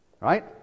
right